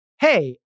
hey